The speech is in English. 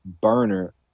burner